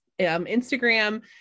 Instagram